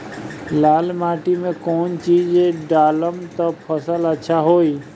लाल माटी मे कौन चिज ढालाम त फासल अच्छा होई?